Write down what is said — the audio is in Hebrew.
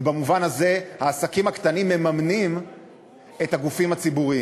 ובמובן הזה העסקים הקטנים מממנים את הגופים הציבוריים.